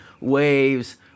waves